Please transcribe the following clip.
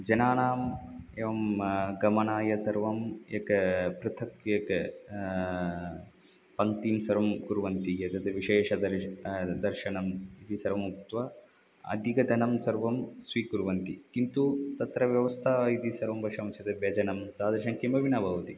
जनानाम् एवं गमनाय सर्वम् एकं पृथक् एकां पङ्क्तिं सर्वं कुर्वन्ति एतद् विशेषदर्श दर्शनम् इति सर्वम् उक्त्वा अदिकधनं सर्वं स्वीकुर्वन्ति किन्तु तत्र व्यवस्त् इति सर्वं पश्यामः चेत् व्यजनं तादृशं किमपि न भवति